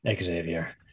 Xavier